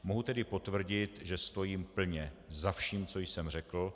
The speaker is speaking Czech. Mohu tedy potvrdit, že stojím plně za vším, co jsem řekl.